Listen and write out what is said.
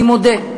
אני מודה.